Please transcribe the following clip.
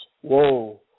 Whoa